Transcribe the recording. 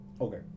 Okay